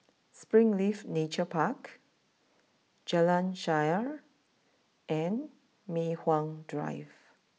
Springleaf Nature Park Jalan Shaer and Mei Hwan Drive